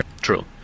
True